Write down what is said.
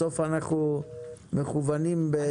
בסוף אנחנו מכוונים בתוצאות.